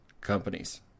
companies